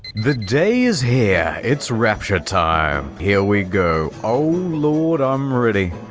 the day is here. it's rapture time! here we go. oh lord, i'm ready!